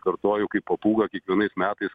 kartoju kaip papūga kiekvienais metais